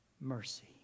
mercy